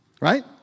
Right